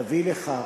תביא לכך,